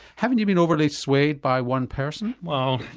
haven't you been overly swayed by one person? well,